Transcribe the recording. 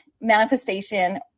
manifestation